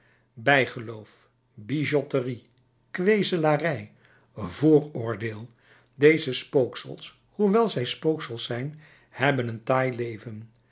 bijgeloof bigotterie kwezelarij vooroordeel deze spooksels hoewel zij spooksels zijn hebben een taai leven